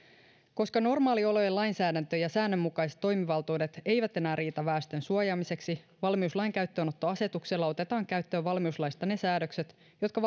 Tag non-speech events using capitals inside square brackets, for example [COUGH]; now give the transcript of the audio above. koska normaaliolojen lainsäädäntö ja säännönmukaiset toimivaltuudet eivät enää riitä väestön suojaamiseksi valmiuslain käyttöönottoasetuksella otetaan käyttöön valmiuslaista ne säädökset jotka [UNINTELLIGIBLE]